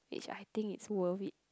which I think it's worth it